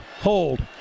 Hold